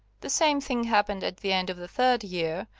the same thing happened at the end of the third year,